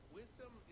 wisdom